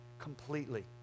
completely